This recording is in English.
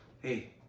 Hey